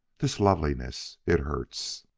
this loveliness it hurts!